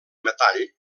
metall